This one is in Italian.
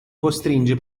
costringe